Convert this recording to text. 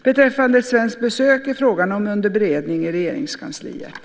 Beträffande ett svenskt besök är frågan under beredning i Regeringskansliet.